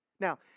Now